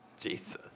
Jesus